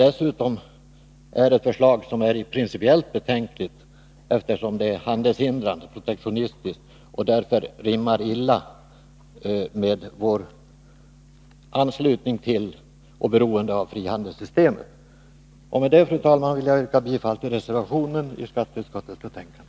Dessutom är förslaget principiellt betänkligt, eftersom det är handelshindrande, dvs. protektionistiskt, och därför rimmar illa med vår anslutning till och vårt beroende av frihandelssystemet. Med detta, fru talman, vill jag yrka bifall till reservationen vid skatteutskottets betänkande.